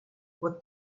what